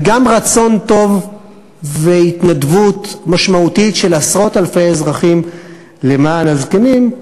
וגם רצון טוב והתנדבות משמעותית של עשרות אלפי אזרחים למען הזקנים.